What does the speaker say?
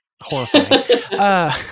horrifying